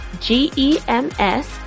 G-E-M-S